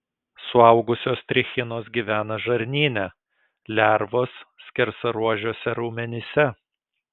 suaugusios trichinos gyvena žarnyne lervos skersaruožiuose raumenyse